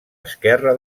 esquerra